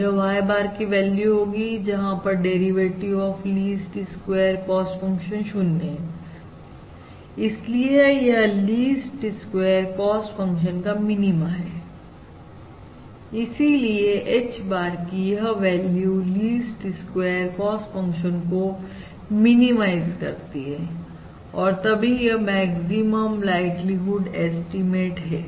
यह H bar की value होगी जहां पर derivative of least square cost function 0 है इसलिए यह लीस्ट स्क्वेयर कॉस्ट फंक्शन का मिनीमा है इसीलिए H bar कि यह value least square cost function को मिनिमाइज करती है और तभी यह मैक्सिमम लाइक्लीहुड एस्टीमेट है